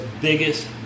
biggest